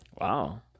Wow